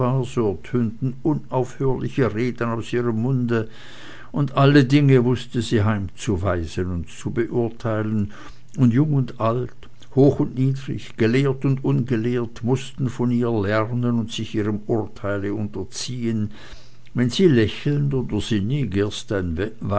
unaufhörliche reden aus ihrem munde und alle dinge wußte sie heimzuweisen und zu beurteilen und jung und alt hoch und niedrig gelehrt und ungelehrt mußte von ihr lernen und sich ihrem urteile unterziehen wenn sie lächelnd oder